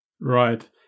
Right